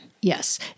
Yes